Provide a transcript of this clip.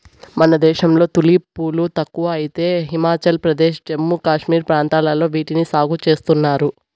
మన దేశంలో తులిప్ పూలు తక్కువ అయితే హిమాచల్ ప్రదేశ్, జమ్మూ కాశ్మీర్ ప్రాంతాలలో వీటిని సాగు చేస్తున్నారు